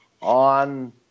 on